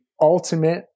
ultimate